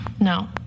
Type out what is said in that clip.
No